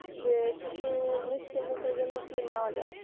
যে কিছু মিষ্টি মুখের জন্য কী নেওয়া যায়